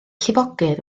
llifogydd